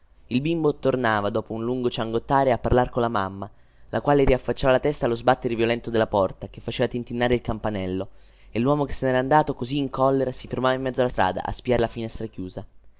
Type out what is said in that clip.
il bimbo tornava dopo un lungo ciangottare a parlar colla mamma la quale riaffacciava la testa allo sbattere violento della porta che faceva tintinnare il campanello e luomo che se ne era andato così in collera si fermava in mezzo alla strada a spiare la finestra chiusa